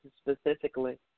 specifically